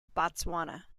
botswana